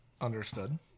Understood